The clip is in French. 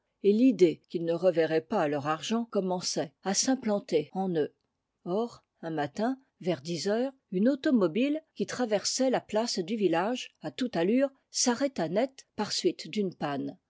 et l'idée qu'ils ne reverraient pas leur argent commençait à s'implanter en eux or un matin vers dix heures une automobile qui traversait la place du village à toute allure s'arrêta net par suite d'une panne